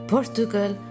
Portugal